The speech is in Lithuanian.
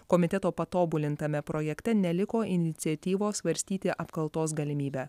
komiteto patobulintame projekte neliko iniciatyvos svarstyti apkaltos galimybę